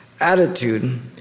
attitude